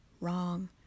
wrong